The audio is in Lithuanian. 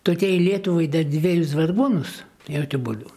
tokiai lietuvai dar dvejus vargonus jokiu būdu